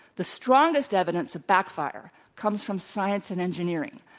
the strongest evidence of backfire comes from science and engineering.